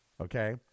Okay